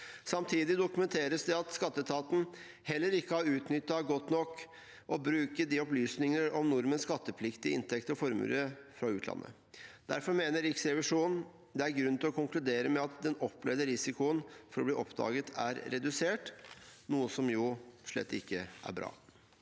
Samtidig dokumenteres det at skatteetaten heller ikke har utnyttet godt nok det å bruke opplysninger om nordmenns skattepliktige inntekter og formuer fra utlandet. Derfor mener Riksrevisjonen det er grunn til å konkludere med at den opplevde risikoen for å bli oppdaget er redusert, noe som slett ikke er bra.